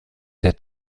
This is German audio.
der